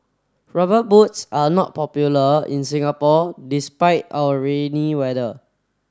rubber boots are not popular in Singapore despite our rainy weather